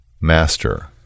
Master